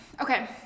Okay